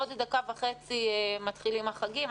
עוד דקה וחצי מתחילים החגים.